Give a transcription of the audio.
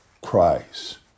Christ